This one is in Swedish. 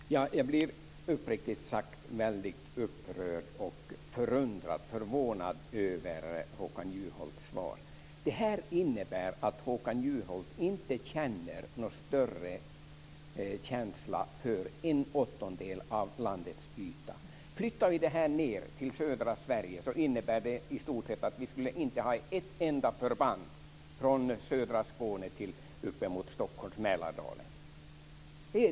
Fru talman! Jag blir uppriktigt sagt väldigt upprörd, förundrad och förvånad över Håkan Juholts svar. Det innebär att Håkan Juholt inte har någon större känsla för en åttondel av landets yta. Flyttar vi det hela ned till södra Sverige innebär det i stort sett att vi inte skulle ha ett enda förband från södra Skåne uppemot Mälardalen.